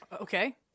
Okay